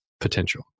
potential